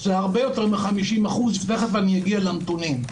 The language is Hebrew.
זה הרבה יותר מ-50%, תכף אני אגיע לנתונים.